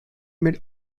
made